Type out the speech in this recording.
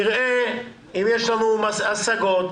נראה אם יש לנו השגות,